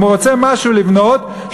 אם הוא רוצה לבנות משהו,